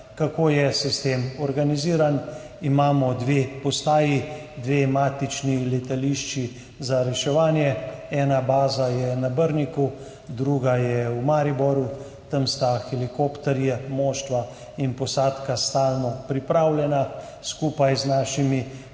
Kako je sistem organiziran? Imamo dve postaji, dve matični letališči za reševanje, ena baza je na Brniku, druga je v Mariboru. Tam so helikopterji, moštva in posadka stalno pripravljeni, skupaj z našimi